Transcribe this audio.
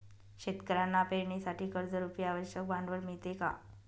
शेतकऱ्यांना पेरणीसाठी कर्जरुपी आवश्यक भांडवल मिळते का?